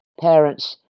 parents